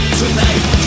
tonight